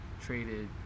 traded